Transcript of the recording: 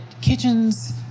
kitchens